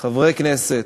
חברי כנסת,